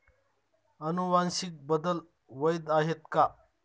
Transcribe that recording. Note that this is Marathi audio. अनुवांशिक बदल वैध आहेत का?